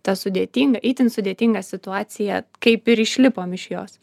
ta sudėtinga itin sudėtinga situacija kaip ir išlipom iš jos